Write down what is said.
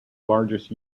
largest